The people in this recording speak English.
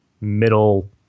middle